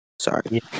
Sorry